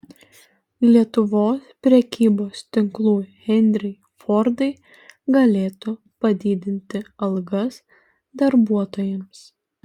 lietuvos prekybos tinklų henriai fordai galėtų padidinti algas darbuotojams